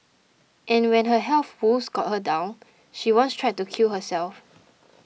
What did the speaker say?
and when her health woes got her down she once tried to kill herself